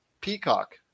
peacock